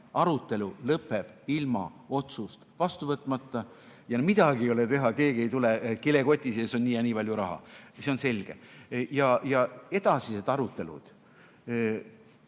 arutelu lõpeb ilma otsust vastu võtmata. Ja midagi ei ole teha, keegi ei tule, kilekoti sees nii ja nii palju raha. See on selge. Edasised arutelud.